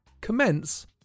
Commence